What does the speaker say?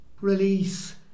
release